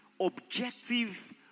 objective